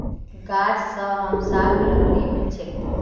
गाछ स हमसाक लकड़ी मिल छेक